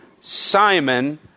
Simon